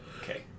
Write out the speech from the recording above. Okay